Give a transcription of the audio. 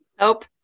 Nope